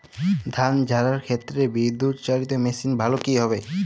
ধান ঝারার ক্ষেত্রে বিদুৎচালীত মেশিন ভালো কি হবে?